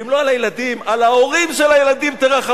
ואם לא על הילדים, על ההורים של הילדים תרחמו.